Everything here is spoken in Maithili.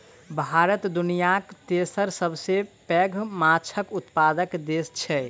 भारत दुनियाक तेसर सबसे पैघ माछक उत्पादक देस छै